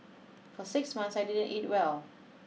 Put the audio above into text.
for six months I didn't eat well